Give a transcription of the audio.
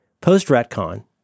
post-Retcon